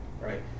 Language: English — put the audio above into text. right